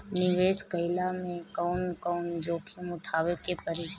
निवेस कईला मे कउन कउन जोखिम उठावे के परि?